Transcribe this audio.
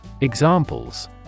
Examples